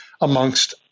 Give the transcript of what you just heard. amongst